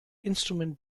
instrument